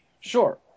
Sure